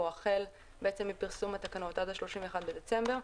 החל בעצם מפרסום התקנות עד 31 בדצמבר,